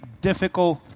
difficult